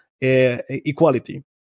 equality